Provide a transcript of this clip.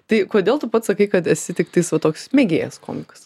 tai kodėl tu pats sakai kad esi tiktais va toks mėgėjas komikas